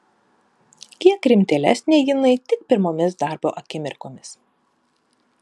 kiek rimtėlesnė jinai tik pirmomis darbo akimirkomis